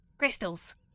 Crystals